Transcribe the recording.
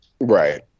Right